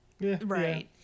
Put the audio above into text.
right